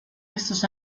estos